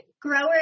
growers